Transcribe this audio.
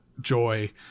joy